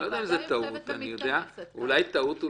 והוועדה יושבת ומתכנסת --- אני לא יודע אם זו טעות.